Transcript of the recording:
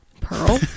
Pearl